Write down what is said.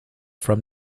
from